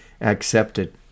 accepted